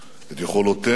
את יכולותינו,